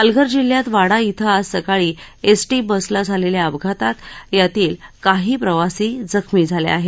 पालघर जिल्ह्यात वाडा धिं आज सकाळी एसटी बसला झालेल्या अपघातात यातील काही प्रवासी जखमी झाले आहेत